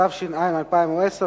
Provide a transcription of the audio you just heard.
התש"ע 2010,